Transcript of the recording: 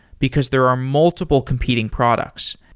because there are multiple competing products.